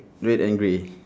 red and grey